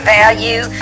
value